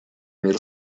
мир